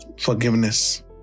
forgiveness